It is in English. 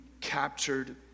captured